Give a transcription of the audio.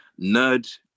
nerd